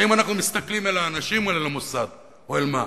האם אנחנו מסתכלים אל האנשים או אל המוסד או אל מה?